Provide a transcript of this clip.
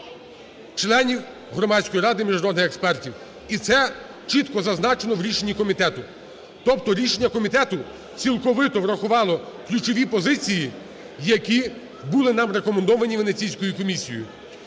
членів Громадської ради міжнародних експертів і це чітко зазначено в рішенні комітету. Тобто рішення комітету цілковито врахувало ключові позиції, які були нам рекомендовані Венеційською комісією.